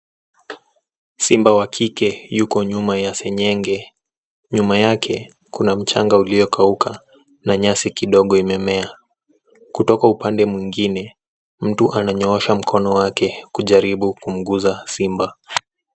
Simba wa kike yuko nyuma ya seng'enge. Nyuma yake, kuna mchanga uliokauka, na nyasi kidogo imemea. Kutoka upande mwingine, mtu ananyoosha mkono wake kujaribu kumguza simba.